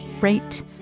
rate